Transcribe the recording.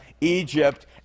Egypt